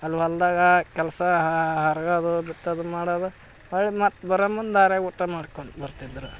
ಅಲ್ಲಿ ಹೊಲದಾಗ ಕೆಲಸ ಹರ್ಗದು ಬಿತ್ತೋದು ಮಾಡೋದು ಹೊಳ್ಳಿ ಮತ್ತೆ ಬರೋ ಮುಂದೆ ದಾರಿಯಾಗ ಊಟ ಮಾಡ್ಕೊಂಡು ಬರ್ತಿದ್ದರು